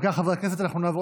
אם כך, חברי הכנסת, אנחנו נעבור